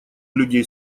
людей